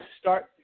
start